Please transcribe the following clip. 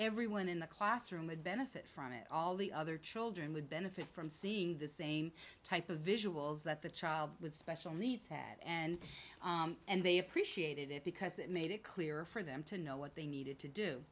everyone in the classroom would benefit from it all the other children would benefit from seeing the same type of visuals that the child with special needs and and they appreciated it because it made it clearer for them to know what they needed to do